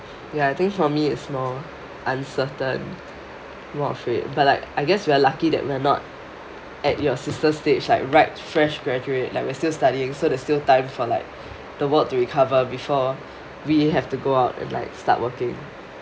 ya I think for me it's more uncertain more afraid but like I guess we are lucky that we are not at your sister's stage like right fresh graduate like we still studying so there is still time for like the world to recover before we have to go out and like start working